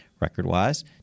Record-wise